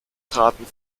traten